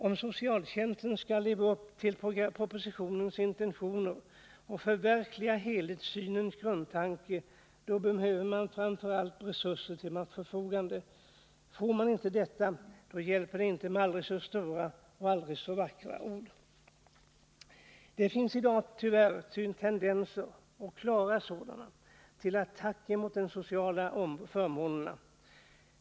Om socialtjänsten skall leva upp till propositionens intentioner och förverkliga helhetssynens grundtanke, då behöver man framför allt resurser till förfogande. Får man inte detta, hjälper det inte med aldrig så stora och aldrig så vackra ord. Det finns i dag tyvärr tendenser — och klara sådana — till attacker mot de sociala förmånerna.